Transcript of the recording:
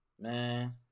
Man